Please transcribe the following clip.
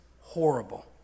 horrible